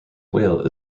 whale